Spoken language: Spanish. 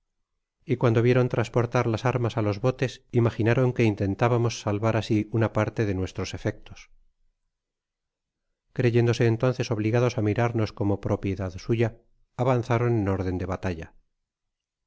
y cuando vieron transportar laa armas á los botes imaginaron que intentabamos salvar asi una parte de nuestros efectos creyéndose entonces obligados á mirarnos como propiedad suya avanzaron en órden de batalla